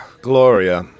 Gloria